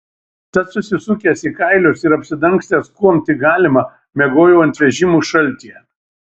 tad susisukęs į kailius ir apsidangstęs kuom tik galima miegojau ant vežimų šaltyje